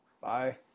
bye